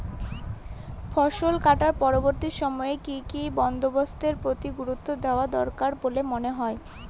ফসলকাটার পরবর্তী সময়ে কি কি বন্দোবস্তের প্রতি গুরুত্ব দেওয়া দরকার বলে মনে হয়?